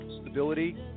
stability